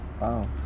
Wow